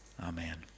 Amen